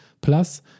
Plus